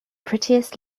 prettiest